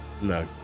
no